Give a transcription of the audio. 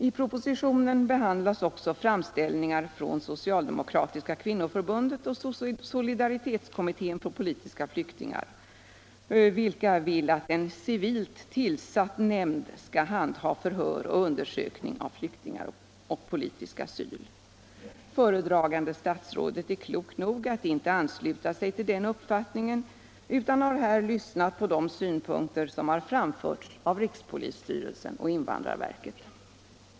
I propositionen behandlas också framställningar från Socialdemokratiska kvinnoförbundet och Solidaritetskommittén för politiska flyktingar, vilka önskar att en civilt tillsatt nämnd skall handha förhör och undersökning av flyktingar samt frågor om politisk asyl. Föredragande statsrådet är klok nog att inte ansluta sig till den uppfattningen utan har där lyssnat på de synpunkter som framförts av rikspolisstyrelsen och invandrarverket.